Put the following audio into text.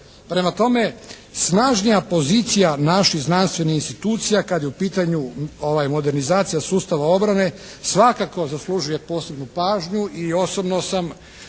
Prema tome, snažnija pozicija naših znanstvenih institucija kad je u pitanju modernizacija sustava obrane svakako zaslužuje posebnu pažnju i osobno sam